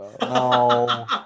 No